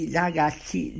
ragazzi